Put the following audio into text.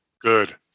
Good